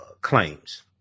claims